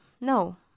no